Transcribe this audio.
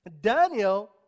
Daniel